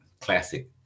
Classic